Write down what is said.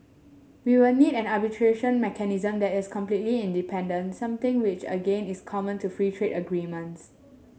we will need an arbitration mechanism that is completely independent something which again is common to free trade agreements